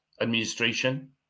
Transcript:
administration